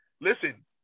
listen